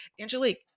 Angelique